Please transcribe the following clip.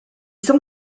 cent